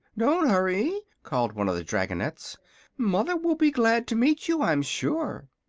don't hurry, called one of the dragonettes mother will be glad to meet you, i'm sure.